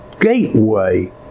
gateway